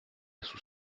sous